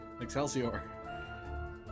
Excelsior